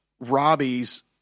Robbie's